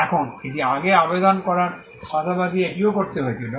এখন এটি আগে আবেদন করার পাশাপাশি এটিও করতে হয়েছিল